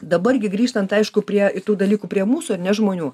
dabar gi grįžtant aišku prie tų dalykų prie mūsųar ne žmonių